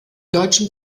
deutschen